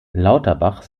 lauterbach